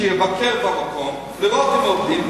שיבקר במקום לראות אם עובדים,